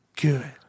good